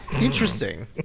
Interesting